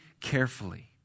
carefully